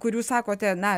kur jūs sakote na